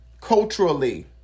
culturally